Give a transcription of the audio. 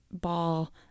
ball